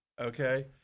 Okay